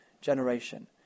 generation